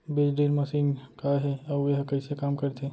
बीज drill machine का हे अऊ एहा कइसे काम करथे?